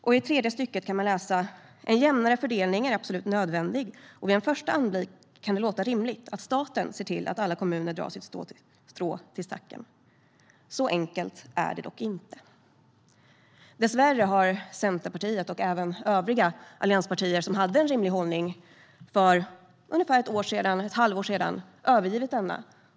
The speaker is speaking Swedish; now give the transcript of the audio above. I tredje stycket kan man läsa: En jämnare fördelning är absolut nödvändig, och vid en första anblick kan det låta rimligt att staten ser till att alla kommuner drar sitt strå till stacken. Så enkelt är det dock inte. Dessvärre har Centerpartiet och även övriga allianspartier som hade en rimlig hållning för ungefär ett år sedan övergivit denna.